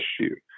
issue